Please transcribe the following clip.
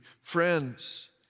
friends